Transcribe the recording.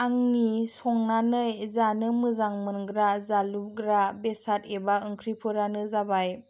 आंनि संनानै जानो मोजां मोनग्रा जालुग्रा बेसाद एबा ओंख्रिफोरानो जाबाय